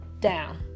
down